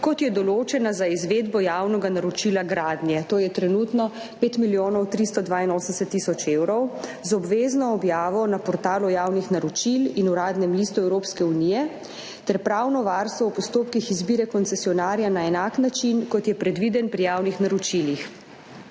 kot je določena za izvedbo javnega naročila gradnje, to je trenutno 5 milijonov 382 tisoč evrov, z obvezno objavo na portalu javnih naročil in v Uradnem listu Evropske unije ter pravno varstvo v postopkih izbire koncesionarja na enak način, kot je predviden pri javnih naročilih.